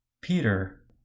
Peter